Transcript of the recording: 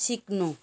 सिक्नु